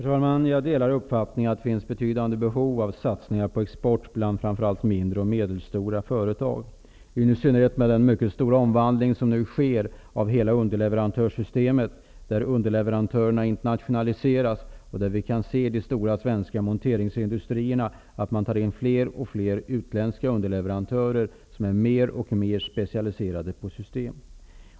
Herr talman! Jag delar uppfattningen att det finns betydande behov av satsningar på export bland framför allt mindre och medelstora företag, i synnerhet med den stora omvandling som nu sker av hela underleverantörssystemet, där underleverantörerna internationaliseras och de stora svenska monteringsindustrierna tar in allt fler utländska underleverantörer, mer och mer specialiserade på system.